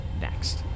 next